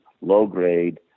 low-grade